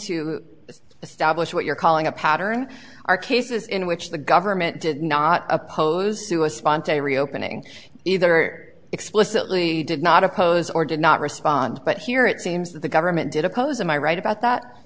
to establish what you're calling a pattern are cases in which the government did not oppose to a spontaneous reopening either explicitly did not oppose or did not respond but here it seems that the government did oppose and i write about that